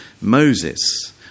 Moses